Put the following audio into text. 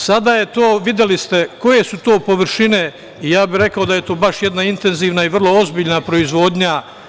Sada je to, videli ste koje su to površine i ja bih rekao da je to jedna vrlo intenzivna i vrlo ozbiljna proizvodnja.